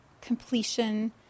completion